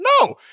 No